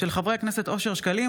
חברי הכנסת אושר שקלים,